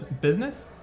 business